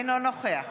אינו נוכח